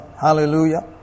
Hallelujah